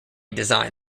designed